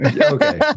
Okay